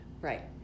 right